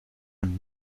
und